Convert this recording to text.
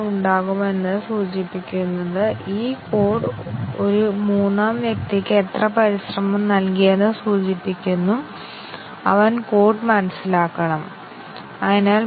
ഞങ്ങൾ നന്നായി മനസിലാക്കുന്നുവെങ്കിൽ കൺട്രോൾ ഫ്ലോ ഗ്രാഫ് വരയ്ക്കുന്നത് വളരെ എളുപ്പമാണ്